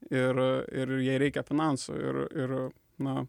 ir ir jai reikia finansų ir ir na